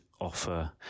offer